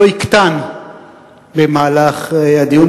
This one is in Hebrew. לא יקטן במהלך הדיון,